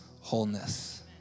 wholeness